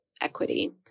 equity